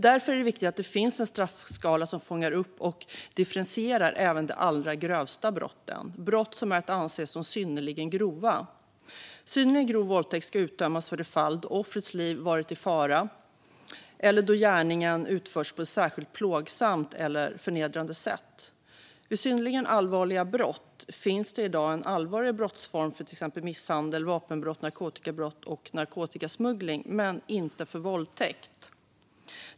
Därför är det viktigt att det finns en straffskala som fångar upp och differentierar även de allra grövsta brotten, det vill säga brott som är att anse som synnerligen grova. Synnerligen grov våldtäkt ska utdömas för de fall då offrets liv varit i fara eller då gärningen utförts på ett särskilt plågsamt eller förnedrande sätt. Vid synnerligen allvarliga brott finns det i dag en allvarligare brottsform för till exempel misshandel, vapenbrott, narkotikabrott och narkotikasmuggling men inte för våldtäkt.